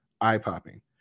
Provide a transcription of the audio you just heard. eye-popping